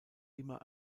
immer